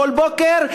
כל בוקר,